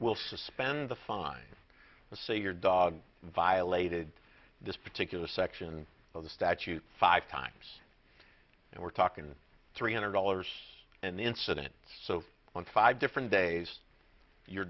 will suspend the fine let's say your dog violated this particular section of the statute five times and we're talking the three hundred dollars and the incident so on five different days if your